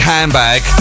Handbag